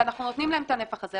ואנחנו נותנים להם את הנפח הזה.